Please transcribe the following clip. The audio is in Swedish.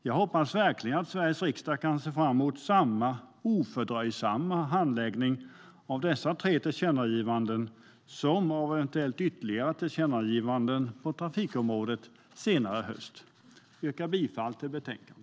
Jag hoppas verkligen att Sveriges riksdag kan se fram emot samma ofördröjsamma handläggning av dessa tre tillkännagivanden som av eventuellt ytterligare tillkännagivanden på trafikområdet senare i höst. Jag yrkar bifall till förslagen i betänkandet.